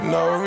no